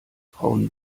frauen